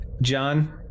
John